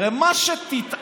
הרי מה שתטען,